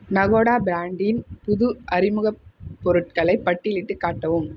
நகோடா பிராண்டின் புது அறிமுகப் பொருட்களை பட்டியலிட்டுக் காட்டவும்